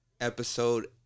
episode